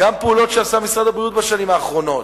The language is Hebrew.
גם פעולות שעשה משרד הבריאות בשנים האחרונות,